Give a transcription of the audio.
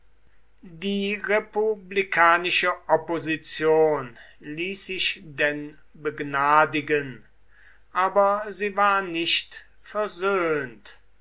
die republikanische opposition ließ sich denn begnadigen aber sie war nicht versöhnt